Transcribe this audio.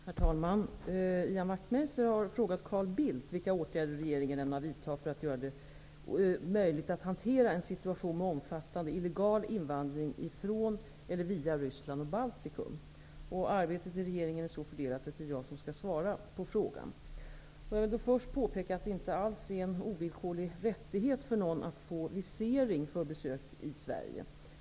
Herr talman! Ian Wachtmeister har frågat Carl Bildt vilka åtgärder regeringen ämnar vidta för att göra det möjligt att hantera en situation med omfattande illegal invandring från eller via Ryssland och Baltikum. Arbetet i regeringen är så fördelat att det är jag som skall svara på frågan. Jag vill först påpeka att det inte alls är en ovillkorlig rättighet för någon att få visering för besök i Sverige.